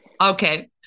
okay